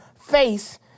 face